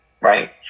right